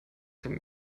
dem